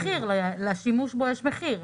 לשימוש בו יש מחיר.